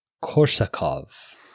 korsakov